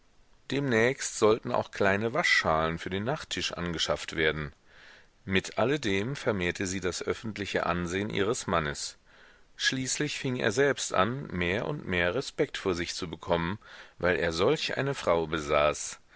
demnächst sollten auch kleine waschschalen für den nachtisch angeschafft werden mit alledem vermehrte sie das öffentliche ansehen ihres mannes schließlich fing er selbst an mehr und mehr respekt vor sich zu bekommen weil er solch eine frau besaß